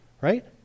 right